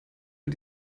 mit